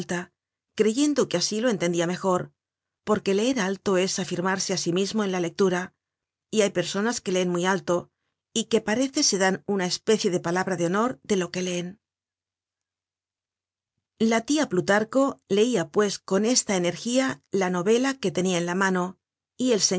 creyendo que asi lo entendia mejor porque leer alto es afirmarse á sí mismo en la lectura y hay personas que leen muy alto y que parece se dan una especie de palabra de honor de lo que leen content from google book search generated at content from google book search generated at la tia plutarco leia pues con esta energía la novela que tenia en la mano y el